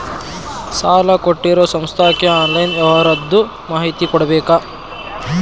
ಸಾಲಾ ಕೊಟ್ಟಿರೋ ಸಂಸ್ಥಾಕ್ಕೆ ಆನ್ಲೈನ್ ವ್ಯವಹಾರದ್ದು ಮಾಹಿತಿ ಕೊಡಬೇಕಾ?